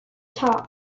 top